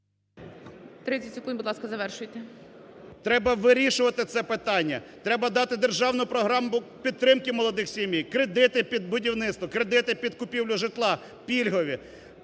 Треба вирішувати це питання. Треба дати державну програму підтримки молодих сімей, кредити під будівництво, кредити під купівлю житла пільгові.